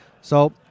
So-